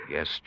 Yes